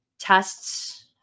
tests